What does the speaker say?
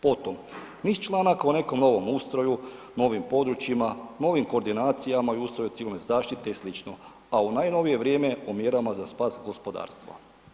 Potom niz članaka o nekom novom ustroju, novim područjima, novim koordinacijama i ustroju civilne zaštite i sl., a u najnovije vrijeme o mjerama za spas gospodarstva.